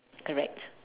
correct